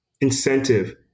incentive